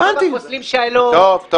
אוקיי.